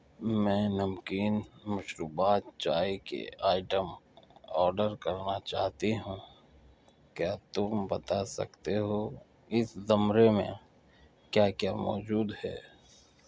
میں نمکین مشروبات چائے کے آئٹم آڈر کرنا چاہتی ہوں کیا تم بتا سکتے ہو اس زمرے میں کیا کیا موجود ہے